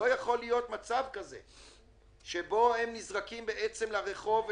לא יכול להיות מצב שהם נזרקים לרחוב,